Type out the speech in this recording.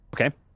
Okay